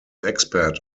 expert